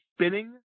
spinning